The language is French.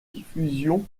diffusion